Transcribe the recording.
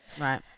Right